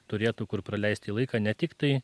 turėtų kur praleisti laiką ne tik tai